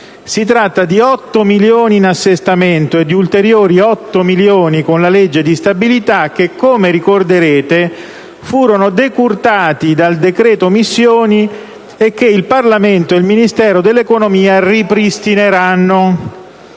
Si tratta di 8 milioni in assestamento e di ulteriori 8 milioni con la legge di stabilità che, come ricorderete, furono decurtati dal decreto missioni e che il Parlamento e il Ministero dell'economia ripristineranno.